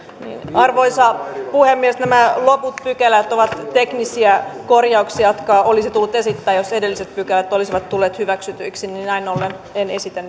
arvoisa puhemies nämä loput pykälät ovat teknisiä korjauksia jotka olisi tullut esittää jos edelliset pykälät olisivat tulleet hyväksytyiksi näin ollen en esitä